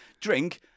drink